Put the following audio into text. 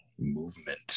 movement